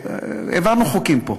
העברנו חוקים פה,